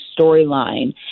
storyline